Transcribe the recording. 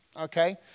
Okay